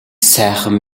сайхан